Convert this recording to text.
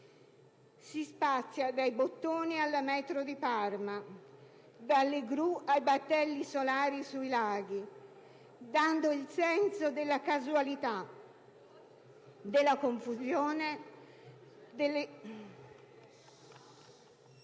Si spazia dai bottoni alla metro di Parma, dalle gru ai battelli solari sui laghi, dando il senso della casualità, della confusione, delle